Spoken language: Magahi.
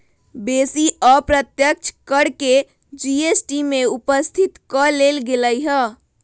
बेशी अप्रत्यक्ष कर के जी.एस.टी में उपस्थित क लेल गेलइ ह्